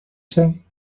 say